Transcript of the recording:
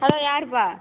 hello யாருப்பா